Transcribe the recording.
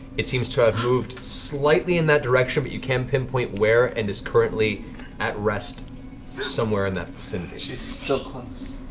it seems to have moved slightly in that direction, but you can't pinpoint where, and is currently at rest somewhere in that is still close.